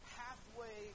halfway